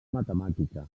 matemàtica